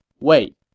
wait